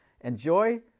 Enjoy